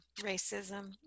racism